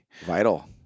Vital